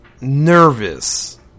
Nervous